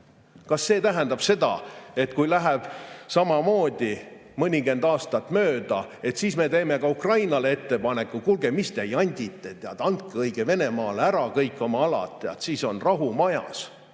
Kas see tähendab seda, et kui läheb samamoodi mõnikümmend aastat mööda, siis me teeme ka Ukrainale ettepaneku: kuulge, mis te jandite, teate, andke õige Venemaale ära kõik oma alad, siis on rahu majas?